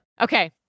Okay